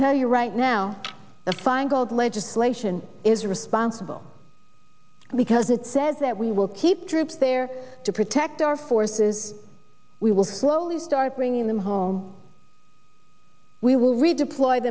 tell you right now the feingold legislation is responsible because it says that we will keep troops there to protect our forces we will slowly start bringing them home we will redeploy